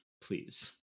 Please